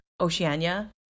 oceania